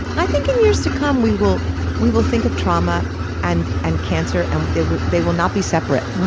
i think in years to come we will we will think of trauma and and cancer and they will they will not be separate.